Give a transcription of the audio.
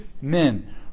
men